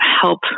help